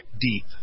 deep